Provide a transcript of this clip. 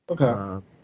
Okay